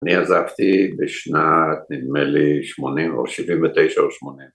אני עזבתי בשנת נדמה לי שמונים או שבעים ותשע ושמונים